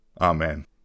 Amen